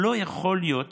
לא יכול להיות